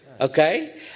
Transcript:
okay